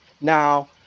Now